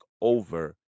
over